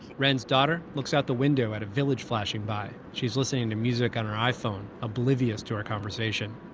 ren's daughter looks out the window at a village flashing by. she's listening to music on her iphone, oblivious to our conversation.